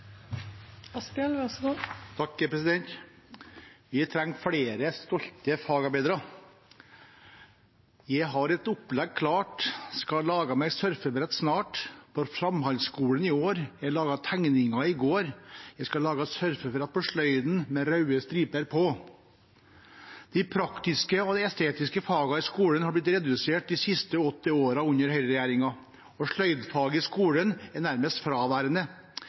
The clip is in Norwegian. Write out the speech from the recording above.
Vi trenger flere stolte fagarbeidere. «Je har et opplegg klart Skar laga meg surfbrett snart På framhaldskolen i år Je laga tegning i går For: Je skar laga surfbrett i kryssfiner Je skar laga surfbrett på sløyden Med raude striper på» De praktiske og estetiske fagene i skolen har blitt redusert de siste åtte årene under høyreregjeringen, og sløydfaget i skolen er nærmest fraværende.